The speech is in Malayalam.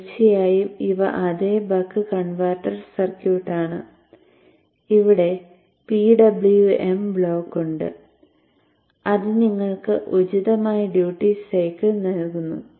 തീർച്ചയായും ഇവ അതേ ബക്ക് കൺവെർട്ടർ സർക്യൂട്ട് ആണ് ഇവിടെ PWM ബ്ലോക്ക് ഉണ്ട് അത് നിങ്ങൾക്ക് ഉചിതമായ ഡ്യൂട്ടി സൈക്കിൾ നൽകുന്നു